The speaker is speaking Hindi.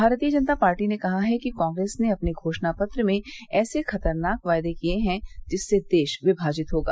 भारतीय जनता पार्टी ने कहा कि कांग्रेस ने अपने घोषणा पत्र में ऐसे खतरनाक वादे किए हैं जिससे देश विमाजित होगा